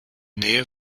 nähe